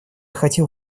хотел